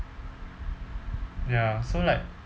ya so like